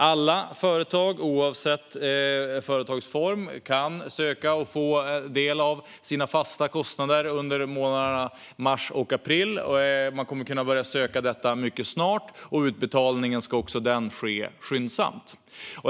Alla företag, oavsett företagsform, kan söka och få ersättning för en del av sina fasta kostnader under månaderna mars och april. Man kommer att kunna börja söka detta mycket snart, och utbetalningen ska också den ske skyndsamt.